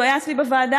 הוא היה אצלי בוועדה,